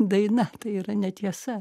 daina tai yra netiesa